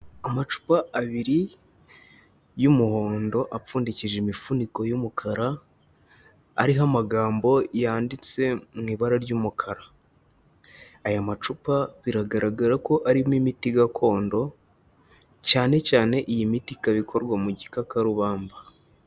Amacupa abiri y'umuhondo apfundikije imifuniko y'umukara, ariho amagambo yanditse mu ibara ry'umukara, aya macupa biragaragara ko arimo imiti gakondo cyane cyane iyi miti ikaba ikorwa mu gikakarubamba.